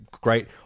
great